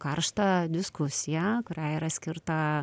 karštą diskusiją kuriai yra skirta